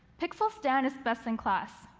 pixel stand is best-in-class.